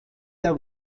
der